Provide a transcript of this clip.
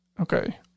okay